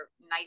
nice